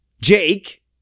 Jake